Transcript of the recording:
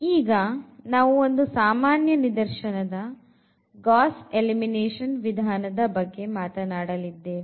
ಈಗ ನಾವು ಒಂದು ಸಾಮಾನ್ಯ ನಿದರ್ಶನದ ಗಾಸ್ ಎಲಿಮಿನೇಷನ್ ವಿಧಾನದ ಬಗ್ಗೆ ಮಾತನಾಡಲಿದ್ದೇವೆ